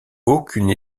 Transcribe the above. aucune